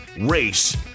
race